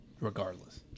regardless